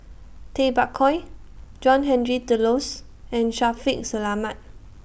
Tay Bak Koi John Henry Duclos and Shaffiq Selamat